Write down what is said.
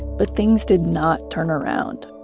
but things did not turn around.